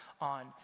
on